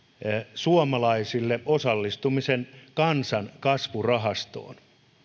suomalaisille osallistumisen kansan kasvurahastoon